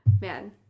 man